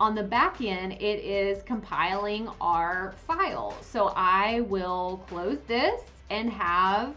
on the backend, it is compiling our file. so i will close this and have